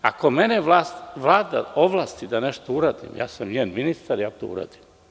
Ako mene Vlada ovlasti da nešto uradi, ja sam njen ministar, ja to uradim.